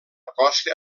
costa